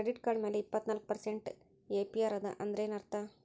Credit card ಮ್ಯಾಲೆ ಇಪ್ಪತ್ನಾಲ್ಕ್ percent APR ಅದ ಅಂದ್ರೇನ್ ಅರ್ಥ?